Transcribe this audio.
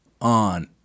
on